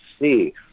see